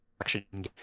action